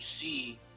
see